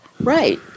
right